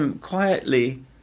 quietly